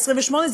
על 28,